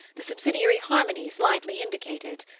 the subsidiary harmonies lightly indicated.